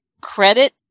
credit